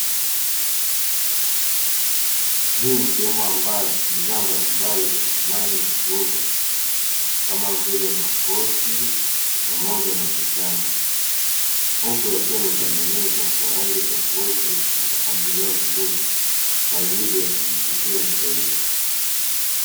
Hii ni sehemu ambayo bidhaa mbalimbali za samani huuzwa kama vile makochi pamoja na vitanda, huku yakiwa yametengenezwa kwa rangi tofauti na kupangiliwa vizuri kwaajili ya kumvutia mteja.